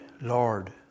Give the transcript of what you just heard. Lord